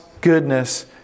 goodness